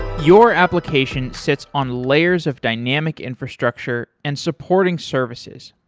your application sits on layers of dynamic infrastructure and supporting services.